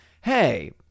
hey